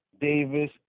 Davis